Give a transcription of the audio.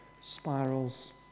spirals